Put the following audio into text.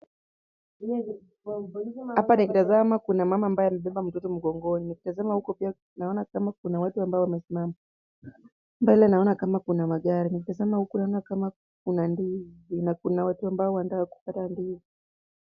Hapa nikitazma kuna mama amebeba mtoto mgongoni. Nikitazama pia huko naona kuna watu wamesimama. Mbele naona kama kuna magari. Nikitazama huko naona kama kuna mandizi na kuna watu wanataka kukata mandizi.